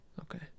Okay